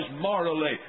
morally